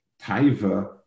taiva